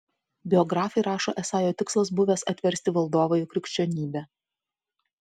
biografai rašo esą jo tikslas buvęs atversti valdovą į krikščionybę